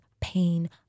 pain